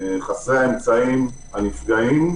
חסרי האמצעים, הנפגעים.